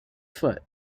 foot